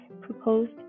proposed